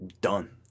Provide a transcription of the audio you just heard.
Done